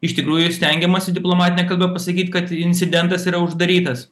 iš tikrųjų stengiamasi diplomatine kalba pasakyt kad incidentas yra uždarytas